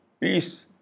peace